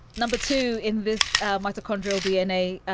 number two in this mitochondrial dna,